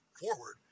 forward